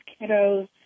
kiddos